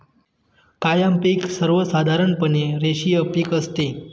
कायम पिक सर्वसाधारणपणे रेषीय पिक असते